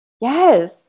Yes